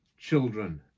children